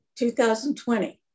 2020